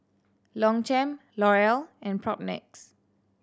Longchamp L'Oreal and Propnex